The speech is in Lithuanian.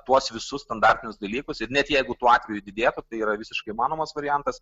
tuos visus standartinius dalykus ir net jeigu tų atvejų didėtų tai yra visiškai įmanomas variantas